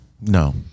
No